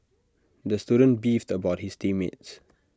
the student beefed about his team mates